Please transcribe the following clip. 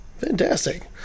fantastic